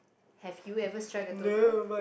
have you ever strike a Toto